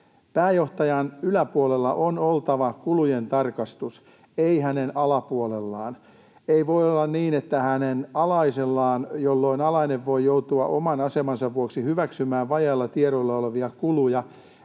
Pääjohtajan yläpuolella on oltava kulujen tarkastus, ei hänen alapuolellaan. Se ei voi olla hänen alaisellaan, jolloin alainen voi joutua oman asemansa vuoksi hyväksymään vajailla tiedoilla olevia kuluja.